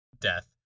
death